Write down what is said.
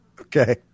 okay